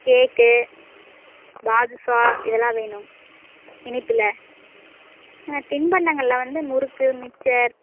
கேக்கு பாதுஷா இதெல்லாம் வேணும் இனிப்பில் தின்பண்டங்களில் வந்து முறுக்கு மிக்சர்